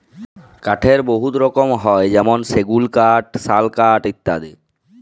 কাঠের বহুত রকম হ্যয় যেমল সেগুল কাঠ, শাল কাঠ ইত্যাদি